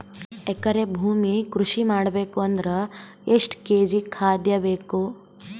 ಎಕರೆ ಭೂಮಿ ಕೃಷಿ ಮಾಡಬೇಕು ಅಂದ್ರ ಎಷ್ಟ ಕೇಜಿ ಖಾದ್ಯ ಬೇಕು?